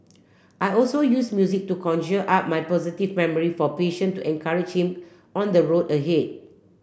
I also use music to conjure up my positive memory for patient to encourage him on the road ahead